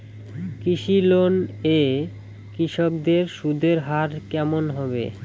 কৃষি লোন এ কৃষকদের সুদের হার কেমন হবে?